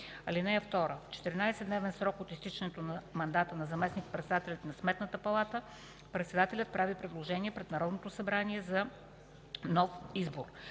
(2) В 14-дневен срок от изтичането на мандата на заместник-председателите на Сметната палата председателят прави предложение пред Народното събрание за нов избор.